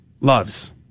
loves